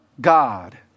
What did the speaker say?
God